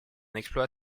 exploit